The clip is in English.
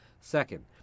second